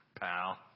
pal